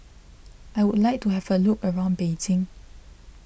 I would like to have a look around Beijing